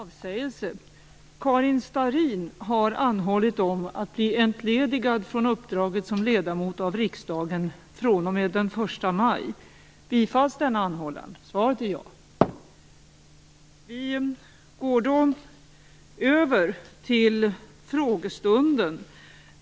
Vi går över till frågestunden.